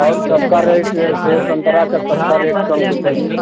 और सबका रेट सेब संतरा का सब का रेट कम बताइए